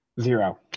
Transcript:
Zero